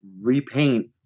repaint